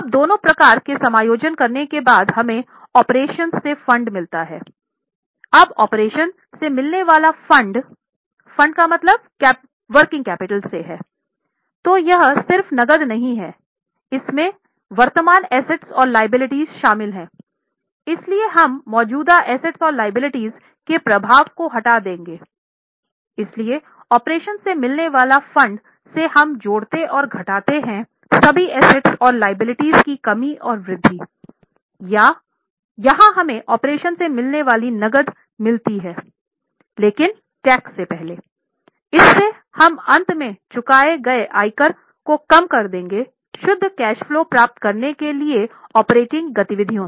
अब दोनों प्रकार के समायोजन करने के बाद हमें ऑपरेशन गतिविधियों से